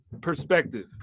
perspective